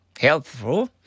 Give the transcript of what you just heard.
helpful